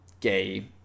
gay